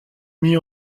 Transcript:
mis